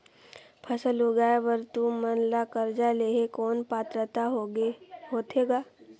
फसल उगाय बर तू मन ला कर्जा लेहे कौन पात्रता होथे ग?